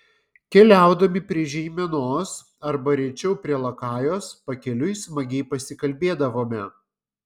keliaudami prie žeimenos arba rečiau prie lakajos pakeliui smagiai pasikalbėdavome